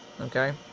okay